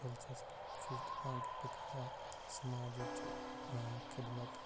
دِلچَسپی بہٕ چھُس دپان کہ بہٕ کَرٕ ہا سَماجٕچ خدمت